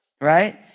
right